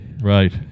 Right